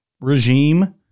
regime